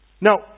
Now